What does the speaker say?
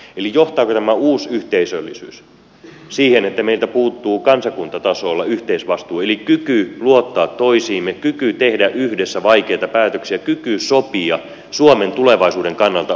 eli johtaako tämä uusi yhteisöllisyys siihen että meiltä puuttuu kansakuntatasolla yhteisvastuu eli kyky luottaa toisiimme kyky tehdä yhdessä vaikeita päätöksiä kyky sopia suomen tulevaisuuden kannalta olennaisista asioista